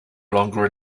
longer